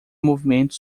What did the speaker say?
movimento